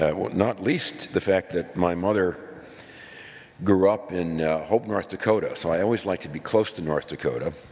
ah not least the fact that my mother grew up in hope, north dakota, so i always like to be close to north dakota.